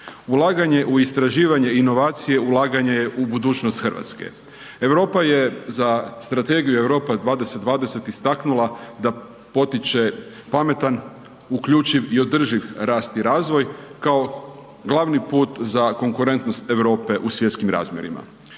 Ulaganje u istraživanje i inovacije je ulaganje u budućnost Hrvatske. Europa je za Strategiju Europa 2020 istaknula da potiče pametan, uključiv i održiv rast i razvoj kao glavni put za konkurentnost Europe u svjetskim razmjerima.